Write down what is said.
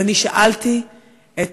ואני שאלתי את